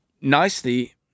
nicely